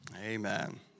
Amen